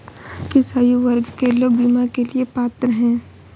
किस आयु वर्ग के लोग बीमा के लिए पात्र हैं?